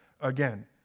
again